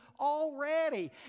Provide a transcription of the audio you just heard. already